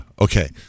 Okay